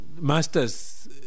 master's